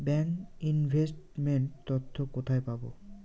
Bank investment তথ্য কোথায় পাব?